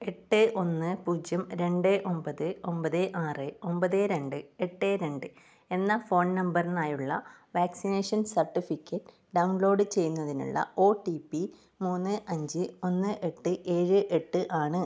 എട്ട് ഒന്ന് പൂജ്യം രണ്ട് ഒമ്പത് ഒമ്പത് ആറ് ഒമ്പത് രണ്ട് എട്ട് രണ്ട് എന്ന ഫോൺ നമ്പറിനായുള്ള വാക്സിനേഷൻ സർട്ടിഫിക്കറ്റ് ഡൗൺലോഡ് ചെയ്യുന്നതിനുള്ള ഒ ടി പി മൂന്ന് അഞ്ച് ഒന്ന് എട്ട് ഏഴ് എട്ട് ആണ്